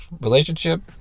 relationship